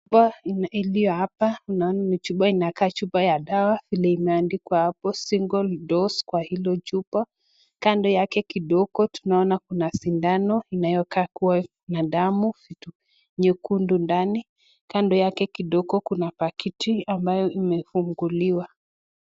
Chupa iliiyo hapa tunaona ni chupa ya dawa vile imeandikwa hapo single dose kwa hilo chupa, kando yake kidogo tunaona kuna sindano inayokaa kuwa na damu, vitu nyekundu ndani, kando yake kidogo kuna pakiti ambayo imefunguliwa.